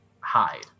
hide